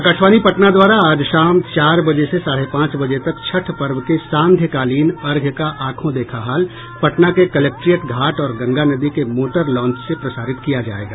आकाशवाणी पटना द्वारा आज शाम चार बजे से साढ़े पांच बजे तक छठ पर्व के सांध्यकालीन अर्घ्य का आंखों देखा हाल पटना के कलेक्टेरियट घाट और गंगा नदी के मोटर लांच से प्रसारित किया जायेगा